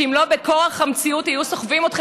שאם לא בכורח המציאות היו סוחבים אתכם